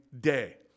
day